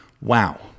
Wow